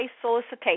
solicitation